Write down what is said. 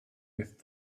with